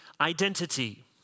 identity